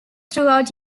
throughout